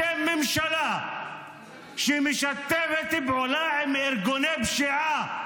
אתם ממשלה שמשתפת פעולה עם ארגוני פשיעה,